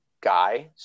guy